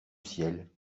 ciel